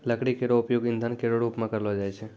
लकड़ी केरो उपयोग ईंधन केरो रूप मे करलो जाय छै